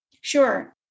Sure